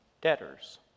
debtors